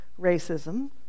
racism